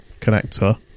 connector